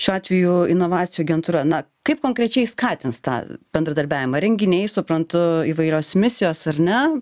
šiuo atveju inovacijų agentūra na kaip konkrečiai skatins tą bendradarbiavimą renginiai suprantu įvairios misijos ar ne